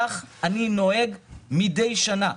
כך אני נוהג מדי שנה.